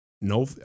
no